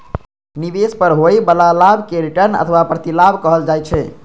निवेश पर होइ बला लाभ कें रिटर्न अथवा प्रतिलाभ कहल जाइ छै